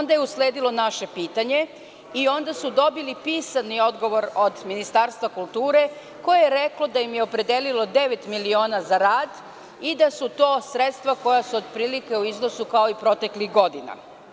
Onda je usledilo naše pitanje i onda su dobili pisani odgovor od Ministarstva kulture, koje je reklo da im je opredelilo devet miliona za rad i da su to sredstva koja su otprilike u iznosu kao i proteklih godina.